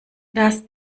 das